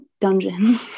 dungeon